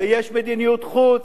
ויש מדיניות חוץ,